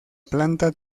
planta